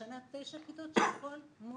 השנה תשע כיתות שהכול מוצדק.